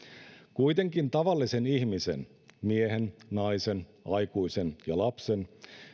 kuitenkin tavallisen ihmisen miehen naisen aikuisen ja lapsen